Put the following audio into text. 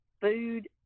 food